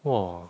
!wah!